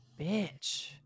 bitch